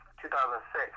2006